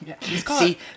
See